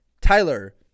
Tyler